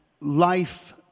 life